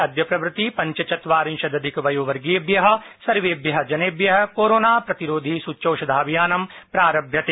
अद्य प्रभृति पंचचत्वारिशदधिकवयोवर्गीयेभ्य सर्वेभ्य जनेभ्य कोरोना प्रतिरोधि सुच्यौषधाभियानं प्रारभ्यते